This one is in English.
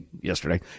yesterday